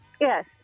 Yes